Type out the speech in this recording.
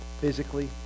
physically